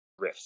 riffs